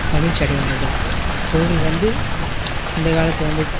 மகிழ்ச்சி அடைவார்கள் பொருட்கள் வந்து இந்த காலத்தில் வந்து